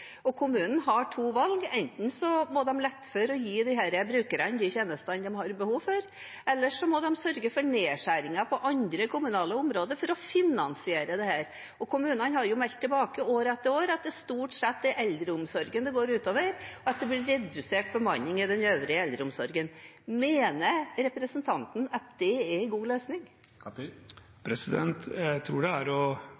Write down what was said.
og kommunene har to valg: Enten må de gi disse brukerne de tjenestene som de har behov for, eller så må de sørge for nedskjæringer på andre kommunale områder for å finansiere dette. Kommunene har meldt tilbake år etter år at det stort sett er eldreomsorgen det går ut over, at det blir redusert bemanning i den øvrige eldreomsorgen. Mener representanten at det er en god løsning?